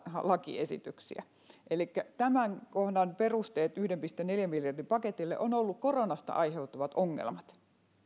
lakiesityksiä elikkä tämän kohdan perusteet yhden pilkku neljän miljardin paketille ovat olleet koronasta aiheutuvat ongelmat